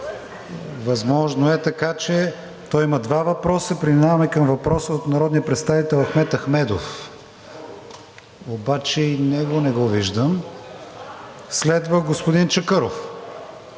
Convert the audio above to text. възможно е. Той има два въпроса. Преминаваме към въпроса от народния представител Ахмед Ахмедов, обаче и него не го виждам. Следва господин Чакъров